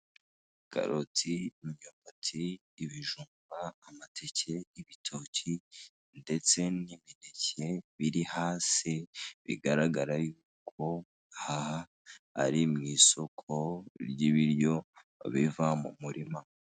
Karoti, imyumbati, ibijumba, amateke, ibitoki ndetse n'imineke, biri hasi bigaragara yuko aha ari mu isoko ry'ibiryo biva mu murima.